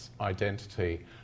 identity